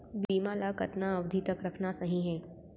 बीमा ल कतना अवधि तक रखना सही हे?